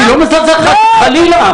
אני לא מזלזל, חס וחלילה.